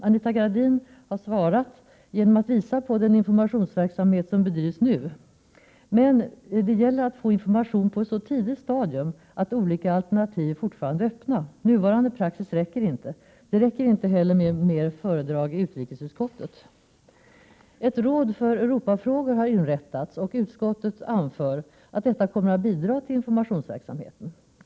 Anita Gradin har svarat genom att visa på den informationsverksamhet som bedrivs nu. Men det gäller att få information på ett så tidigt stadium att olika alternativ fortfarande är öppna. Nuvarande praxis räcker inte. Det räcker inte heller med fler föredrag i utrikesutskottet. Ett råd för Europafrågor har inrättats, och utskottet anför att detta kommer att bidra till informationsverksamheten.